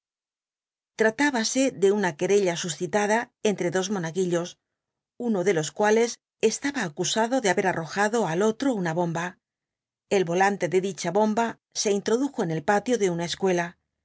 fratlibase de una querella suscitada entre dos monaguillos uno de los cuales estaba acusado de haber anojado al otro una bomba el i'oiante de dicha bomba se introdujo en el patio de una escuela y